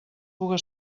puga